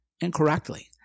incorrectly